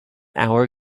hour